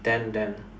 then then